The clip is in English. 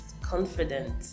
confident